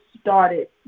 started